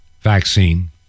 vaccine